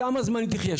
כמה זמן היא תחיה?